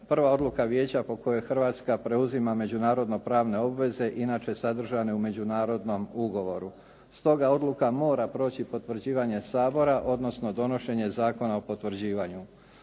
prva odluka vijeća po kojoj Hrvatska preuzima međunarodnopravne obveze inače sadržane u međunarodnom ugovoru. Stoga odluka mora proći potvrđivanje Sabora, odnosno donošenje Zakona o potvrđivanju.